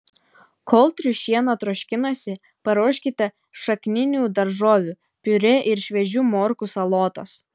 kol triušiena troškinasi paruoškite šakninių daržovių piurė ir šviežių morkų salotas